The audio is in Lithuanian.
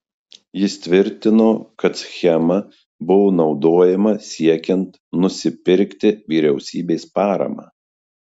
jis tvirtino kad schema buvo naudojama siekiant nusipirkti vyriausybės paramą